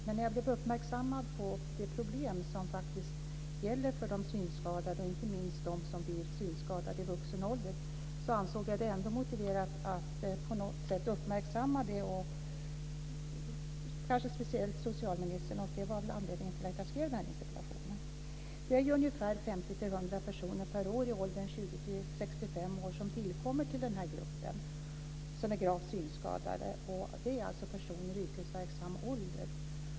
Men när jag blev uppmärksammad på de problem som faktiskt gäller för de synskadade, inte minst de som blir synskadade i vuxen ålder, ansåg jag det ändå motiverat att på något sätt uppmärksamma kanske speciellt socialministern. Det var anledningen till att jag skrev den här interpellationen. Det är ungefär 50-100 personer per år i åldern 20-65 år som tillkommer i gruppen av gravt synskadade. Det är alltså personer i yrkesverksam ålder.